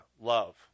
love